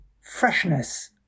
freshness